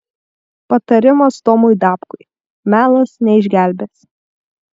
patarimas tomui dapkui melas neišgelbės